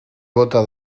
bóta